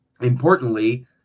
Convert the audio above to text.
importantly